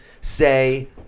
say